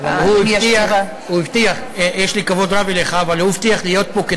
יש לי כבוד רב אליך, אבל הוא הבטיח להיות פה.